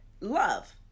love